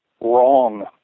wrong